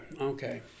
okay